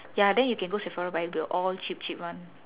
ya then you can go sephora buy the all cheap cheap one